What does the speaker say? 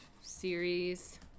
series